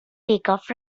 takeoff